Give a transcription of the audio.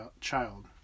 child